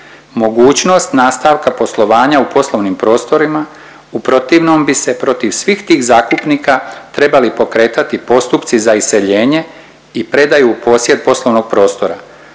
mogućnost nastavka poslovanja u poslovnim prostorima. U protivnom bi se protiv svih tih zakupnika trebali pokretati postupci za iseljenje i predaju u posjed poslovnog prostora